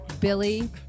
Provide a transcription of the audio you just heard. Billy